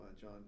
John